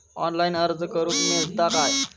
Online अर्ज करूक मेलता काय?